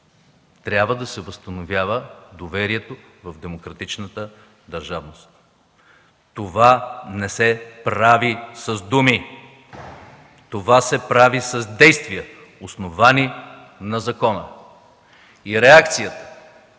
Трябва да се възстановява доверието в демократичната държавност. Това не се прави с думи. Това се прави с действия, основани на закона. И реакцията